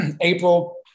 April